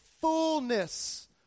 fullness